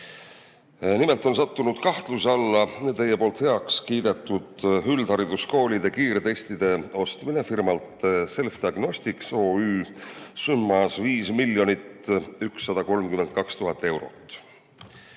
Nimelt on sattunud kahtluse alla teie heaks kiidetud üldhariduskoolide kiirtestide ostmine firmalt Selfdiagnostics OÜ summas 5 132 000 eurot.